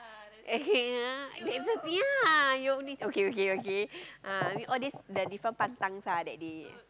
okay ah that's the thing yeah you only okay okay okay uh I mean all this the different pantang ah that they